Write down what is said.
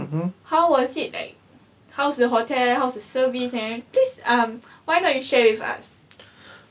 how was it like how's the hotel how's the service and please um why not you share with us